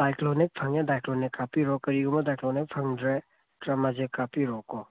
ꯗꯥꯏꯀ꯭ꯂꯣꯅꯤꯛ ꯐꯪꯉꯦ ꯗꯥꯏꯀ꯭ꯂꯣꯅꯤꯛ ꯀꯥꯞꯄꯤꯔꯣ ꯀꯔꯤꯒꯨꯝꯕ ꯗꯥꯏꯀ꯭ꯂꯣꯅꯤꯛ ꯐꯪꯗ꯭ꯔꯦ ꯇ꯭ꯔꯃꯥꯖꯦ ꯀꯥꯞꯄꯤꯔꯣ ꯀꯣ